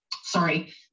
sorry